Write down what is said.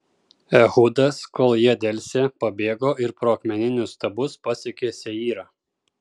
ehudas kol jie delsė pabėgo ir pro akmeninius stabus pasiekė seyrą